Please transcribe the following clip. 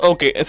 Okay